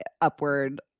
upward